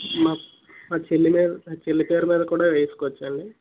మా మా చెల్లి మీద మా చెల్లి పేరు మీద కూడా వేసుకోవచ్చా అండి